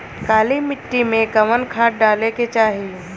काली मिट्टी में कवन खाद डाले के चाही?